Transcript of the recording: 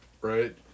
right